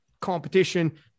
competition